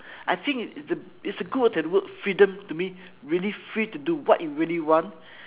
I think it's a it's a good to have the word freedom to me really free to do what you really want